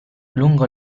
lungo